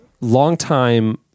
longtime